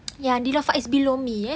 ya neelofa is below me ya